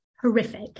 horrific